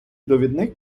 довідник